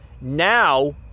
Now